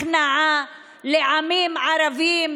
אלה הסכמי הכנעה לעמים ערביים,